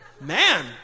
Man